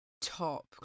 top